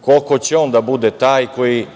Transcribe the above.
Koliko će on da bude taj koji